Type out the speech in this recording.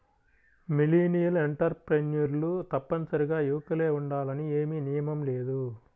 millennial ఎంటర్ప్రెన్యూర్లు తప్పనిసరిగా యువకులే ఉండాలని ఏమీ నియమం లేదు